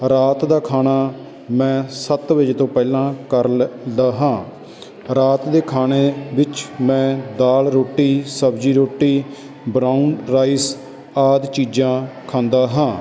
ਰਾਤ ਦਾ ਖਾਣਾ ਮੈਂ ਸੱਤ ਵਜੇ ਤੋਂ ਪਹਿਲਾਂ ਕਰ ਹਾਂ ਰਾਤ ਦੇ ਖਾਣੇ ਵਿੱਚ ਮੈਂ ਦਾਲ ਰੋਟੀ ਸਬਜ਼ੀ ਰੋਟੀ ਬ੍ਰਾਉਨ ਰਾਈਸ ਆਦਿ ਚੀਜ਼ਾਂ ਖਾਂਦਾ ਹਾਂ